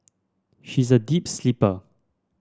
she is a deep sleeper